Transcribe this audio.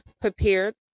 prepared